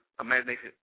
imagination